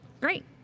great